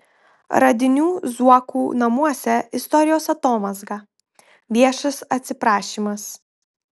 radinių zuokų namuose istorijos atomazga viešas atsiprašymas